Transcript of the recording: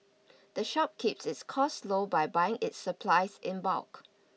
the shop keeps its costs low by buying its supplies in bulk